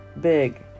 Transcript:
big